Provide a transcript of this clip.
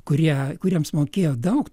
kurie kuriems mokėjo daug